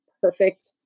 perfect